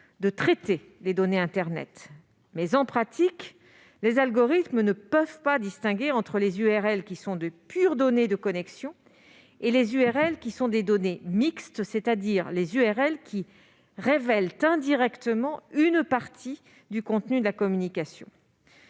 de traiter les données internet, mais, en pratique, les algorithmes ne peuvent pas distinguer entre les URL qui sont de pures données de connexion et celles qui sont des données mixtes, c'est-à-dire qui révèlent indirectement une partie du contenu de la communication.